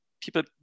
people